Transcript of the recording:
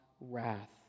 wrath